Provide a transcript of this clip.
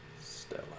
Stella